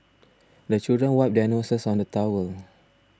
the children wipe their noses on the towel